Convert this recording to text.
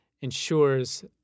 ensures